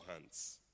hands